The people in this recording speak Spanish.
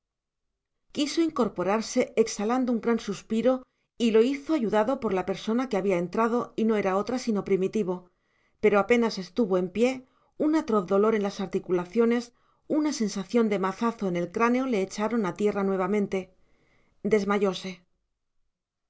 quiso incorporarse exhalando un gran suspiro y lo hizo ayudado por la persona que había entrado y no era otra sino primitivo pero apenas estuvo en pie un atroz dolor en las articulaciones una sensación de mazazo en el cráneo le echaron a tierra nuevamente desmayóse